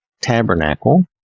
Tabernacle